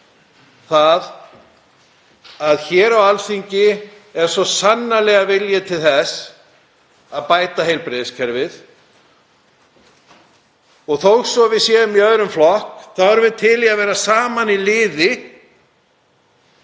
það að hér á Alþingi er svo sannarlega vilji til þess að bæta heilbrigðiskerfið. Þó að við séum í öðrum flokki þá erum við til í að vera saman í liði